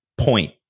point